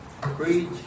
Preach